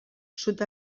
sud